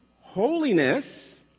Holiness